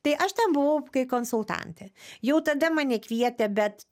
tai aš ten buvau kaip konsultantė jau tada mane kvietė bet